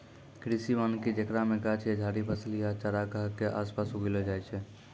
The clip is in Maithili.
कृषि वानिकी जेकरा मे गाछ या झाड़ि फसल या चारगाह के आसपास उगैलो जाय छै